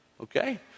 okay